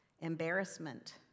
embarrassment